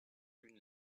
une